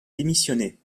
démissionner